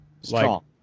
Strong